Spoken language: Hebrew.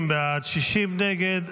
50 בעד, 60 נגד.